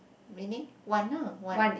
meaning one uh one